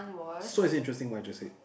so is it interesting what I just said